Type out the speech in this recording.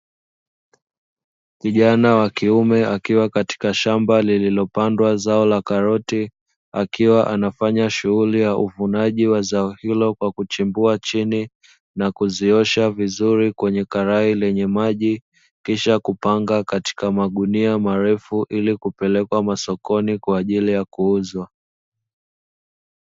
Kijana wa kiume akiwa katika shamba lililopandwa zao la karoti, akiwa anafanya shughuli ya uvunaji wa zao hilo kwa kuchimbua chini, na kuziosha vizuri kwenye karai lenye maji, kisha kupanga katika magunia marefu ili kupelekwa masokoni kwa ajili ya kuuzwa.